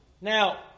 Now